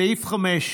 סעיף 5: